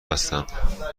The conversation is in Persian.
هستم